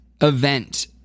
Event